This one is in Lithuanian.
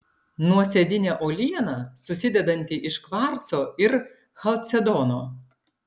nuosėdinė uoliena susidedanti iš kvarco ir chalcedono